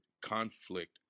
conflict